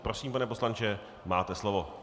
Prosím, pane poslanče, máte slovo.